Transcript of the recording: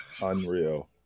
unreal